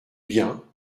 bien